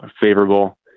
favorable